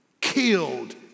killed